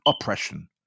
oppression